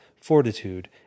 fortitude